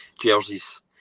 jerseys